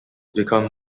become